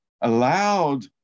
allowed